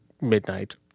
midnight